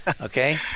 okay